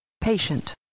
Patient